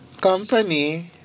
company